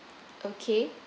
okay